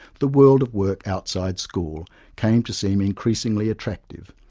the world of work outside school came to seem increasingly attractive,